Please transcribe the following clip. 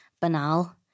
banal